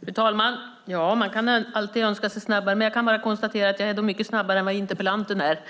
Fru talman! Ja, man kan alltid önska att det ska gå snabbare. Jag kan bara konstatera att jag är mycket snabbare än vad interpellanten är.